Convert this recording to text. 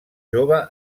jove